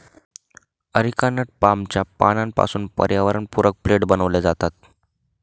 areca nut पामच्या पानांपासून पर्यावरणपूरक प्लेट बनविले जातात